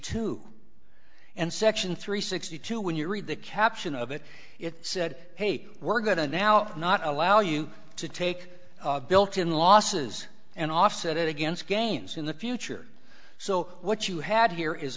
two and section three sixty two when you read the caption of it it said hey we're going to now not allow you to take built in losses and offset it against gains in the future so what you had here is